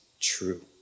true